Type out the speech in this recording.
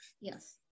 Yes